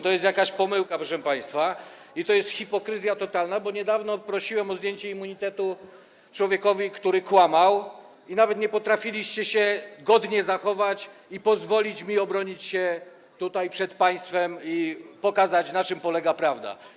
To jest jaka pomyłka, proszę państwa, i to jest hipokryzja totalna, bo niedawno prosiłem o zdjęcie immunitetu człowiekowi, który kłamał, i nawet nie potrafiliście się godnie zachować i pozwolić mi obronić się tutaj przed państwem i pokazać, na czym polega prawda.